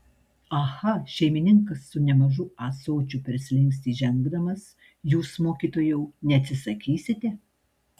aha šeimininkas su nemažu ąsočiu per slenkstį žengdamas jūs mokytojau neatsisakysite